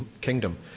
Kingdom